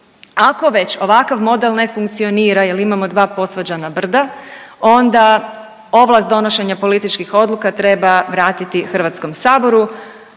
Ako već ovakav model ne funkcionira jel imamo dva posvađana brda onda ovlast donošenja političkih odluka treba vratiti HS, ako